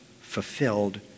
fulfilled